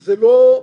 זה לא --- נכון,